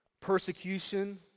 persecution